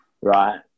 Right